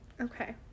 Okay